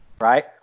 right